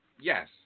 Yes